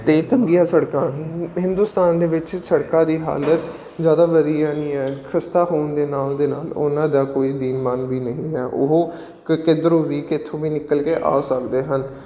ਅਤੇ ਤੰਗੀਆਂ ਸੜਕਾਂ ਹਿੰਦੁਸਤਾਨ ਦੇ ਵਿੱਚ ਸੜਕਾਂ ਦੀ ਹਾਲਤ ਜ਼ਿਆਦਾ ਵਧੀਆ ਨਹੀਂ ਹੈ ਖਸਤਾ ਹੋਣ ਦੇ ਨਾਲ ਦੇ ਨਾਲ ਉਹਨਾਂ ਦਾ ਕੋਈ ਦੀਨ ਇਮਾਨ ਵੀ ਨਹੀਂ ਹੈ ਉਹ ਕ ਕਿੱਧਰੋਂ ਵੀ ਕਿੱਥੋਂ ਵੀ ਨਿਕਲ ਕੇ ਆ ਸਕਦੇ ਹਨ